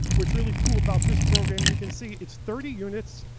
what's really cool about this program, you can see, it's thirty units,